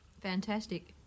Fantastic